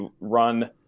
run